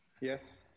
Yes